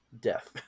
death